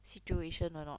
situation or not